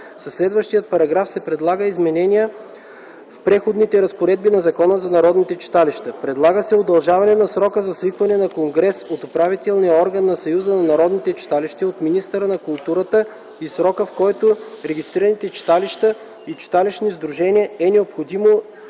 следващия параграф се предлагат изменения в Преходните разпоредби на Закона за народните читалища. Предлага се удължаване на срока за свикване на конгрес от управителния орган на Съюза на народните читалища и от министъра на културата и срокът, в който регистрираните читалища и читалищните сдружения е необходимо да приведат